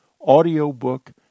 audiobook